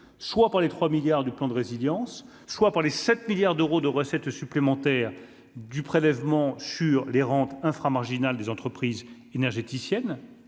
soit par les 3 milliards du plan de résilience, soit pour les 7 milliards d'euros de recettes supplémentaires du prélèvement sur les rentes infra-marginale des entreprises énergéticien